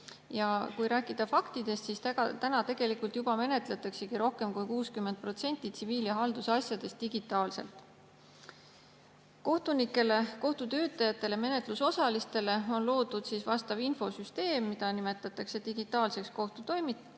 Kui rääkida faktidest, siis praegu tegelikult juba menetletaksegi rohkem kui 60% tsiviil‑ ja haldusasjadest digitaalselt. Kohtunikele, kohtu töötajatele ja menetlusosalistele on loodud vastav infosüsteem, mida nimetatakse digitaalseks kohtutoimikuks,